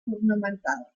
ornamental